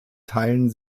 teilen